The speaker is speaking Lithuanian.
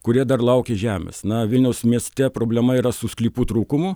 kurie dar laukia žemės na vilniaus mieste problema yra su sklypų trūkumu